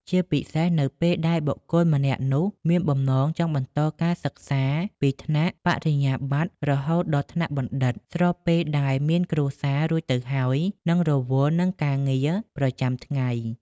ជាពិសេសនៅពេលដែលបុគ្គលម្នាក់នោះមានបំណងចង់បន្តការសិក្សាពីថ្នាក់ បរិញ្ញាបត្រ រហូតដល់ថ្នាក់បណ្ឌិត ស្របពេលដែលមាន គ្រួសារ រួចទៅហើយ និង រវល់នឹងការងារ ប្រចាំថ្ងៃ។